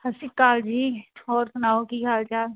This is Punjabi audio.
ਸਤਿ ਸ਼੍ਰੀ ਅਕਾਲ ਜੀ ਹੋਰ ਸੁਣਾਓ ਕੀ ਹਾਲ ਚਾਲ